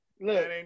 Look